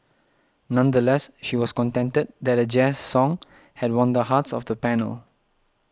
nonetheless she was contented that a Jazz song had won the hearts of the panel